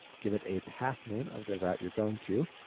give it a pathname of the route you're going to,